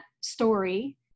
story